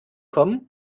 kommen